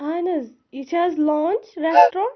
اَہَن حظ یہِ چھا حظ لانچ ریسٹورنٛٹ